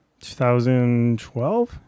2012